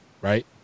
right